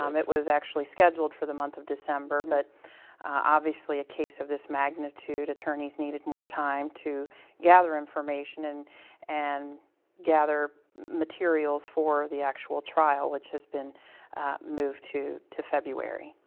um it was actually scheduled for the month of december, but obviously a case of this magnitude, attorneys needed more time to gather information and and gather materials for the actual trial, which has been moved to to february.